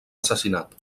assassinat